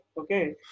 Okay